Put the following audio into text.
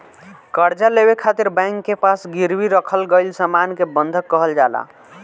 कर्जा लेवे खातिर बैंक के पास गिरवी रखल गईल सामान के बंधक कहल जाला